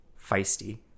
feisty